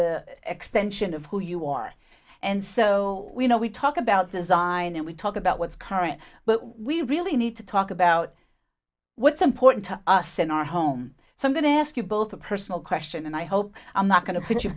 an extension of who you are and so you know we talk about design and we talk about what's current but we really need to talk about what's important to us in our home so i'm going to ask you both a personal question and i hope i'm not going to put you